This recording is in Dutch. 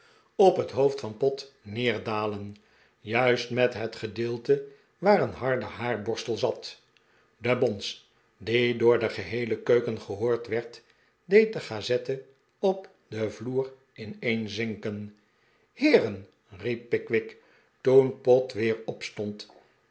op het hoofd van pott neerdalen juist met het gedeelte waar een harde haarborstel zat de bons die door de geheele keuken gehoord werd deed de gazette op den vloer ineenzinken heeren riep pickwick toen pott weer opstond